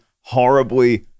horribly